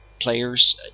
players